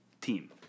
team